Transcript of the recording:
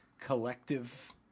collective